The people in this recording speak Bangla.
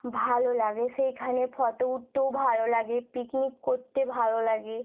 ভালো লাগে সেইখানে ফটো উঠতেও ভালো লাগে পিকনিক করতে ভালো লাগে